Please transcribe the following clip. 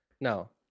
no